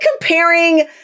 comparing